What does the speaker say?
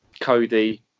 Cody